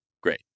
Great